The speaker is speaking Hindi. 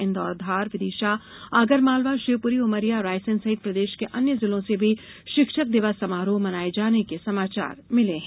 इंदौर धार विदिशा आगरमालवा शिवपुरी उमरिया रायसेन सहित प्रदेश के अन्य जिलों से भी शिक्षक दिवस समारोह मनाये जाने के समाचार मिले हैं